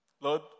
Lord